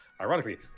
Ironically